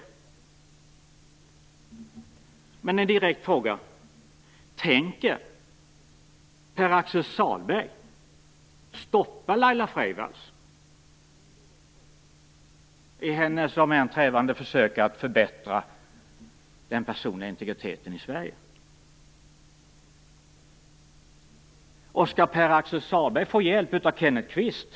Jag har en direkt fråga: Tänker Pär-Axel Sahlberg stoppa Laila Freivalds i hennes försök - om än trevande - att förbättra den personliga integriteten i Sverige? Skall Pär-Axel Sahlberg få hjälp med detta av Kenneth Kvist?